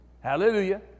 Hallelujah